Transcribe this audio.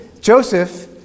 Joseph